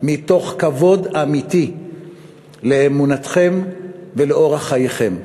מתוך כבוד אמיתי לאמונתכם ולאורח חייכם.